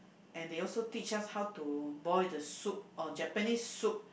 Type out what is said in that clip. and they also teach us how to boil the soup oh Japanese soup